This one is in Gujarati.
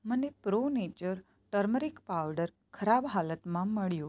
મને પ્રો નેચર ટર્મેરિક પાવડર ખરાબ હાલતમાં મળ્યું